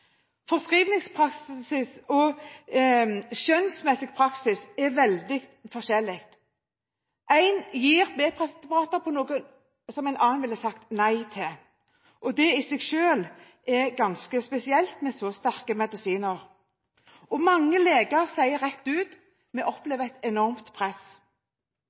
Forskrivningspraksis og skjønnsmessig praksis er veldig forskjellig. Én lege gir B-preparater for noe som en annen lege ville sagt nei til, og det er i seg selv ganske spesielt når det er snakk om så sterke medisiner. Mange leger sier også rett ut at de opplever et enormt press.